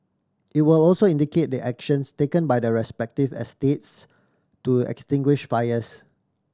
it will also indicate the actions taken by the respective estates to extinguish fires